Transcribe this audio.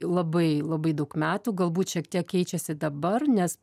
labai labai daug metų galbūt šiek tiek keičiasi dabar nes